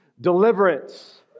deliverance